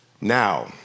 now